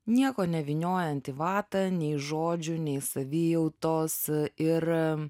nieko nevyniojant į vatą nei žodžių nei savijautos ir